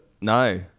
No